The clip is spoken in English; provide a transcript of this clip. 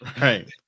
Right